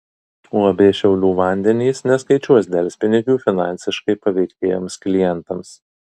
uab šiaulių vandenys neskaičiuos delspinigių finansiškai paveiktiems klientams